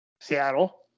Seattle